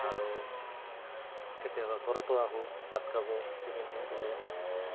আৰু কেতিয়াবা ঘৰতো আহোঁ ভাত খাব টিফিন নিদিলে